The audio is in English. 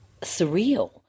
surreal